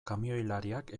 kamioilariak